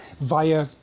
via